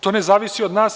To ne zavisi od nas.